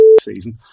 season